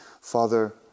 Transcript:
Father